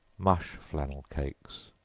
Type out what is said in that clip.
mush flannel cakes.